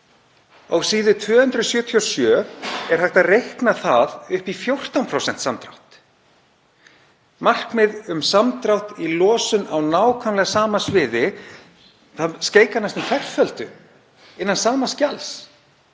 á bls. 277 er hægt að reikna það upp í 14% samdrátt, markmið um samdrátt í losun á nákvæmlega sama sviði. Það skeikar næstum ferföldu innan sama skjals